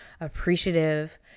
appreciative